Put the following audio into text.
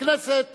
הכנסת